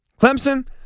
Clemson